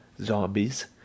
zombies